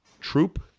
troop